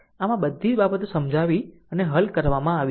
આમ આ બધી બાબતો સમજાવી અને હલ કરવામાં આવી છે